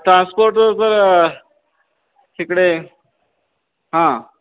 transport तिकडे हां